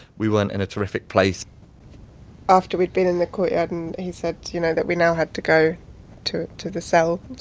we weren't in a terrific place after we'd been in the courtyard, and he said, you know, that we now have to go to to the cells,